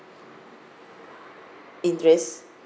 interest